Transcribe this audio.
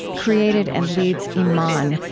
created and leads iman,